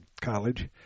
College